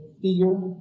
Fear